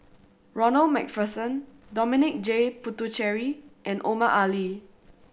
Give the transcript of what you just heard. Ronald Macpherson Dominic J Puthucheary and Omar Ali